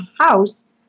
house